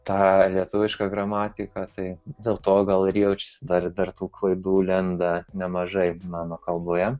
tą lietuvišką gramatiką tai dėl to gal ir jaučiasi adr tų klaidų lenda nemažai mano kalboje